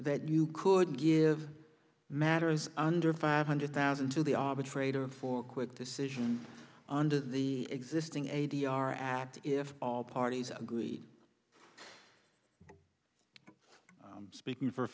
that you could give matters under five hundred thousand to the arbitrator for quick decision under the existing a d r act if all parties agree speaking for